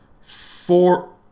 four